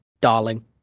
darling